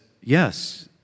Yes